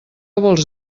vols